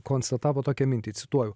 konstatavot tokią mintį cituoju